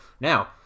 Now